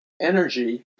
energy